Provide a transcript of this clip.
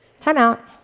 Timeout